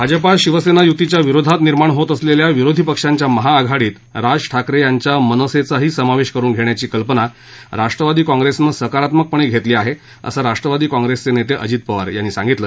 भाजपा शिवसेना यूतीच्या विरोधात निर्माण होत असलेल्या विरोधी पक्षांच्या महाआघाडीत राज ठाकरे यांच्या मनसेचाही समावेश करुन घेण्याची कल्पना राष्ट्रवादी काँग्रेसनं सकारात्मकपणे घेतली आहे असं राष्ट्रवादी काँग्रेसचे नेते अजित पवार यांनी सांगितलं